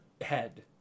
head